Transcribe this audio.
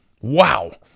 Wow